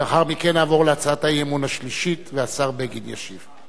לאחר מכן נעבור להצעת האי-אמון השלישית והשר בגין ישיב.